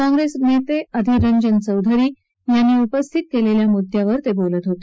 काँप्रेस नेते अधिर रंजन चौधरी यांनी उपस्थित केलेल्या मुद्यावर ते बोलत होते